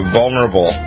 vulnerable